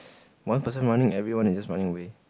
one person running everyone is just running away